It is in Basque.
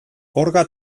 orga